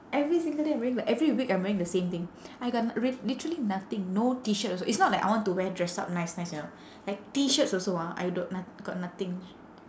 every single day I'm wearing like every week I'm wearing the same thing I got li~ literally nothing no T-shirt also it's not like I want to wear dress up nice nice you know like T-shirts also ah I d~ I got nothing